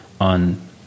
on